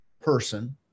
person